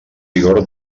vigor